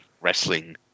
wrestling